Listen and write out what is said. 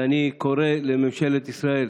ואני קורא לממשלת ישראל,